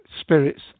spirits